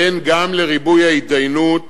כן, גם לריבוי ההתדיינות